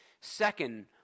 Second